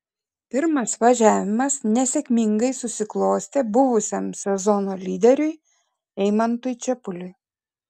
pirmas važiavimas nesėkmingai susiklostė buvusiam sezono lyderiui eimantui čepuliui